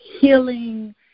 healing